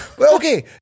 Okay